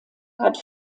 hat